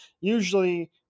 usually